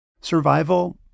survival